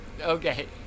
Okay